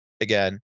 again